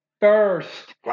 first